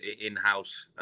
in-house